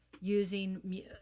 using